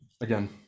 again